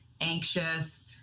anxious